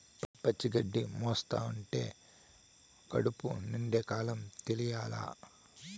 పచ్చి గడ్డి మేస్తంటే కడుపు నిండే కాలం తెలియలా